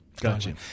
Gotcha